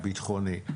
הביטחוני,